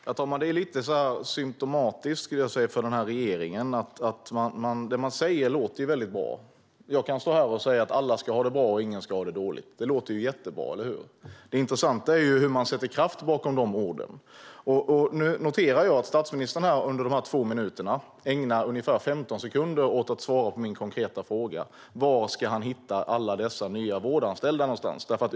Herr talman! Det är lite symtomatiskt för regeringen att det man säger låter väldigt bra. Jag kan stå här och säga att alla ska ha det bra och ingen ska ha det dåligt. Det låter jättebra, eller hur? Det intressanta är hur man sätter kraft bakom de orden. Nu noterar jag att statsministern under de två minuternas talartid ägnar ungefär 15 sekunder åt att svara på min konkreta fråga. Var ska han hitta alla dessa nya vårdanställda någonstans?